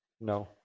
no